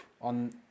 on